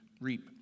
reap